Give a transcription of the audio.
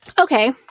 Okay